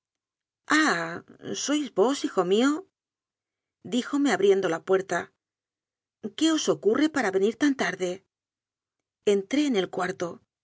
sois vos hijo mío díjome abrien do la puerta qué os ocurre para venir tan tarde entré en el cuarto